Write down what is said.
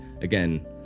again